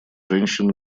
женщин